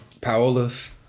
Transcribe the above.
Paola's